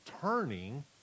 turning